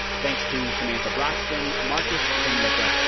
thanks to samantha braxton, marcus zamlica,